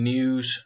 News